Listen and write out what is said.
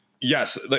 yes